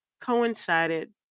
coincided